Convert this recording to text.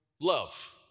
love